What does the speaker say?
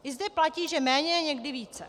I zde platí, že méně je někdy více.